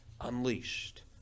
unleashed